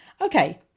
Okay